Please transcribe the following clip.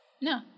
No